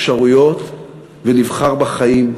שנשים בפנינו את האפשרויות ונבחר בחיים.